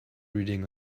reading